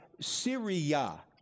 Syria